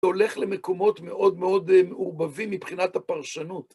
זה הולך למקומות מאוד מאוד מעורבבים מבחינת הפרשנות.